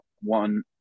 one